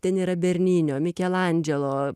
ten yra berninio mikelandželo